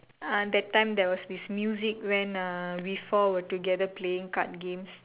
ah that time there was this music when uh we four were together playing card games